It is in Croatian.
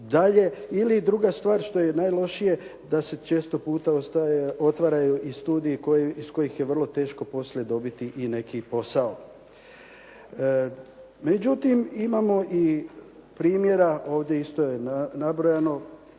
ili druga stvar što je najlošije da se često puta ostaje i otvaraju studiji iz kojih je vrlo teško poslije dobiti i neki posao. Međutim, imamo i primjera, ovdje je isto nabrojano,